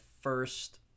first